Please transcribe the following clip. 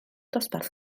dosbarth